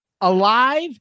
Alive